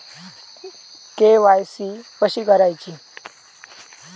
KYC कशी करायची?